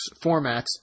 formats